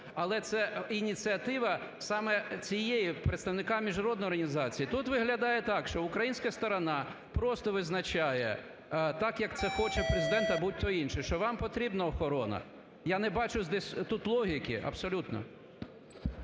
але це ініціатива саме цієї представника міжнародної організації. Тут виглядає так, що українська сторона просто визначає так, як це хоче Президента або хто інший, що вам потрібна охорона. Я не бачу тут логіки, абсолютно.